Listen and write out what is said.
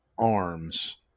arms